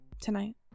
tonight